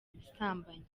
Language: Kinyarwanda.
ubusambanyi